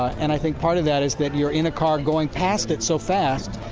and i think part of that is that you're in a car going past it so fast,